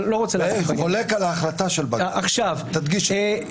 הוא חולק על ההחלטה של בג"ץ, תדגיש את זה.